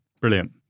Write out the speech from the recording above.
Brilliant